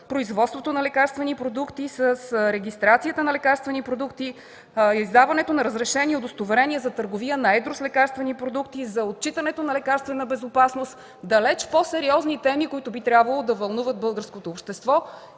производството на лекарствени продукти, с регистрацията на лекарствени продукти, с издаването на разрешения и удостоверения за търговия на едро с лекарствени продукти, за отчитане на лекарствена безопасност – далеч по-сериозни теми, които би трябвало да вълнуват българското общество.